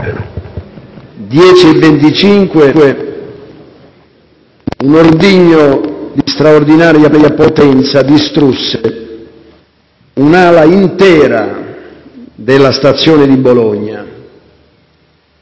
10,25, un ordigno di straordinaria potenza distrusse un'ala intera della stazione di Bologna.